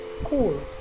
cool